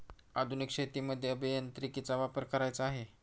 आधुनिक शेतीमध्ये अभियांत्रिकीचा वापर करायचा आहे